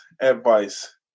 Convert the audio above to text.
advice